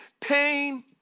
pain